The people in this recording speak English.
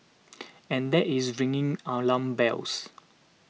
and that is ringing alarm bells